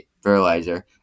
fertilizer